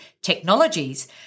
technologies